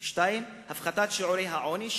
2. הפחתת שיעורי העוני,